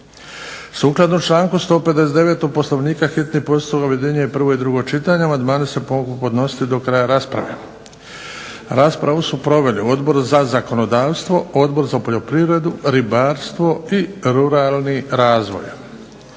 Sukladno članku 159. Poslovnika hitni postupak objedinjuje prvo i drugo čitanje amandmani se mogu podnositi do kraja rasprave. Raspravu su proveli Odbor za zakonodavstvo, Odbor za poljoprivredu, ribarstvo i ruralni razvoj.